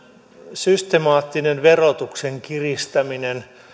systemaattinen verotuksen kiristäminen